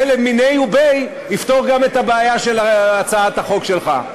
זה מיניה וביה יפתור גם את הבעיה של הצעת החוק שלך.